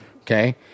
Okay